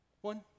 One